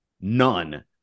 none